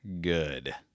good